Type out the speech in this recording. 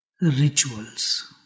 rituals